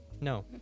no